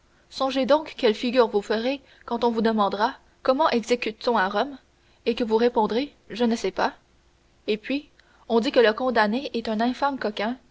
songez donc quelle figure vous ferez quand on vous demandera comment exécute t on à rome et que vous répondrez je ne sais pas et puis on dit que le condamné est un infâme coquin